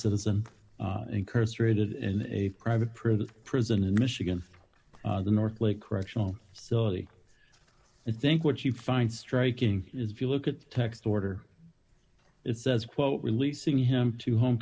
citizen incarcerated in a private prison prison in michigan the north lake correctional facility and i think what you find striking is if you look at the text order it says quote releasing him to home